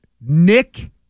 Nick